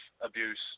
abuse